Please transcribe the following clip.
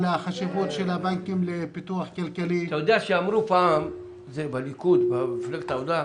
החשיבות של הבנקים לפיתוח כלכלי, כמה לצערנו,